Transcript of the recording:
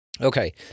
Okay